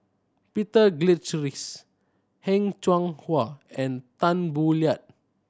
Peter Heng Cheng Hwa and Tan Boo Liat